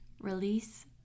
release